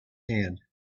hand